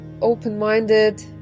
open-minded